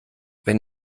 wenn